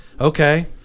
okay